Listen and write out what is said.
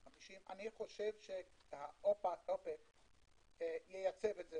50. אני חושב שהאופ"א ייצב את זה